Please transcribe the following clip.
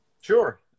Sure